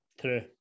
true